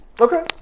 okay